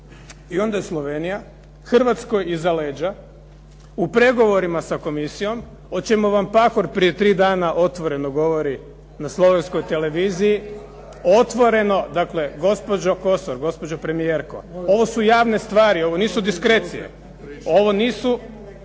I onda je Slovenija, Hrvatskoj iza leđa, u pregovorima sa komisijom, o čemu vam Pahor prije 3 dana otvoreno govori na slovenskoj televiziji, otvoreno dakle gospođo Kosor, gospođo premijerko ovo su javne stvari, ovo nisu diskrecije, ovo nisu,